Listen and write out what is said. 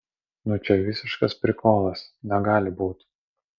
nu čia visiškas prikolas negali būt